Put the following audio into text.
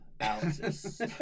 analysis